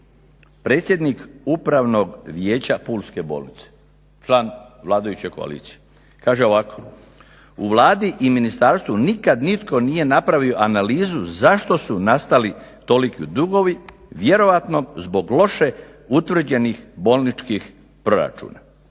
Predsjednik Upravnog vijeća pulske bolnice, član vladajuće koalicije, kaže ovako: „U Vladi i ministarstvu nikad nitko nije napravio analizu zašto su nastali toliki dugovi, vjerojatno zbog loše utvrđenih bolničkih proračuna,